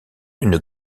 une